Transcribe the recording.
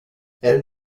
elle